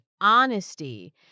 honesty